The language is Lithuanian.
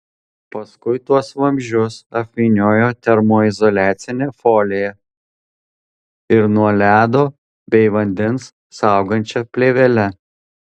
paskui tuos vamzdžius apvyniojo termoizoliacine folija ir nuo ledo bei vandens saugančia plėvele